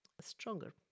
stronger